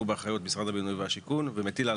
הוא תחת אחריות משרד הבינוי והשיכון והוא מטיל על